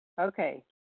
Okay